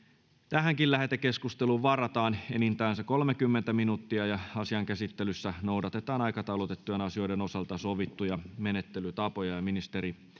lähetekeskusteluun varataan enintään kolmekymmentä minuuttia asian käsittelyssä noudatetaan aikataulutettujen asioiden osalta sovittuja menettelytapoja